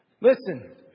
Listen